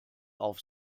auf